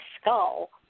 skull